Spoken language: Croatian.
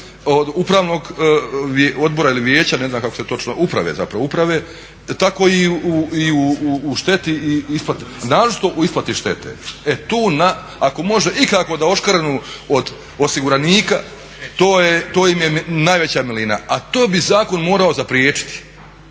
upravnog odbora ili vijeća ne znam kako se točno, uprave zapravo, tako i u šteti isplate, naročito u isplati štete. E tu ako može ikako da oškrnu od osiguranika to im je najveća milina, a to bi zakon morao zapriječiti.